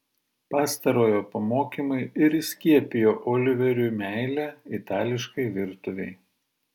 pastarojo pamokymai ir įskiepijo oliveriui meilę itališkai virtuvei